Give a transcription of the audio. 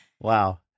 Wow